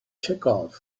chekhov